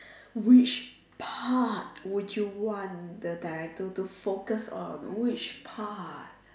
which part would you want the director to focus on which part